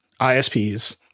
ISPs